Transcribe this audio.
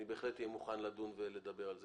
אני בהחלט אהיה מוכן לדון ולדבר על זה.